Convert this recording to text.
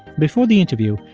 before the interview,